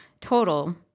total